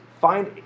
find